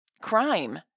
crime